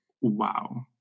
wow